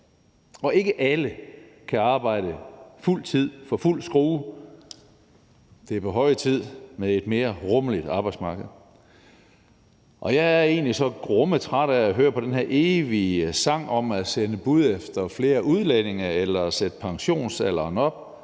ikke alle kan arbejde på fuld tid og for fuld skrue. Det er på høje tid med et mere rummeligt arbejdsmarked. Jeg er egentlig så grumme træt af at høre på den her evige sang om at sende bud efter flere udlændinge eller om at sætte pensionsalderen op